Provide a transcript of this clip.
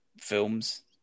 films